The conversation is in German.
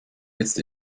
jetzt